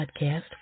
Podcast